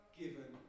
given